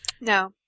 No